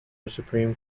supreme